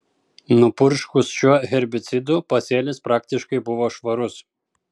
nupurškus šiuo herbicidu pasėlis praktiškai buvo švarus